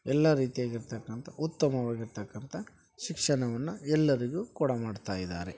ಎಲ್ಲ ರೀತಿಯಾಗಿರ್ತಕ್ಕಂಥ ಉತ್ತಮವಾಗಿರ್ತಕ್ಕಂಥ ಶಿಕ್ಷಣವನ್ನ ಎಲ್ಲರಿಗೂ ಕೊಡಮಾಡ್ತಾ ಇದ್ದಾರೆ